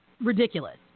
ridiculous